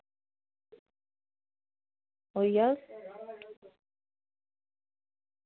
होई जाह्ग